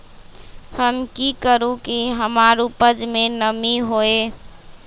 हम की करू की हमार उपज में नमी होए?